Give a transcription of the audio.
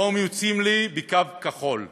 היום יוצאים לי בקו כחול ואומרים: